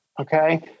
Okay